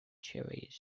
chavez